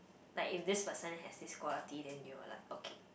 like if this person has this quality then you are like okay